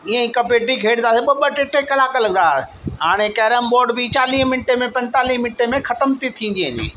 इयं ई कबड्डी खेॾंदा हुआसीं ॿ ॿ टे टे कलाक लॻाए हाणे कैरम बॉड बि चालीहें मिंटे में पंजतालीह मिंटे में ख़तमु थी थींदी वञे